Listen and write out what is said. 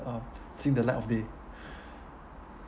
uh seeing the light of day